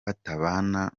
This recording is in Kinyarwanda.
batabana